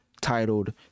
titled